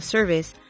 Service